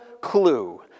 clue